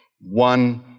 one